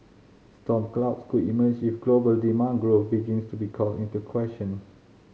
storm clouds could emerge if global demand growth begins to be called into question